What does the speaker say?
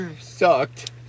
sucked